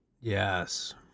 Yes